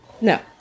No